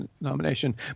nomination